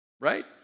Right